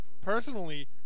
personally